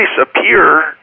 appear